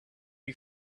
who